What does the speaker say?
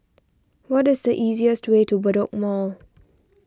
what is the easiest way to Bedok Mall